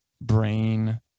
brain